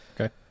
Okay